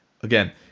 again